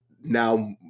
now